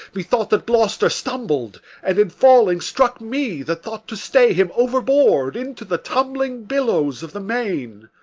methought that gloster stumbled and, in falling, struck me, that thought to stay him, overboard into the tumbling billows of the main.